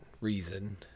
reason